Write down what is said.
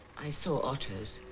i saw otto's.